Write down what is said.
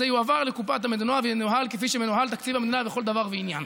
זה יועבר לקופת המדינה וינוהל כפי שמנוהל תקציב המדינה לכל דבר ועניין.